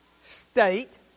state